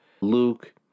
Luke